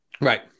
Right